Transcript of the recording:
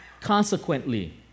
consequently